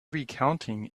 recounting